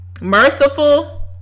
merciful